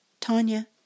Tanya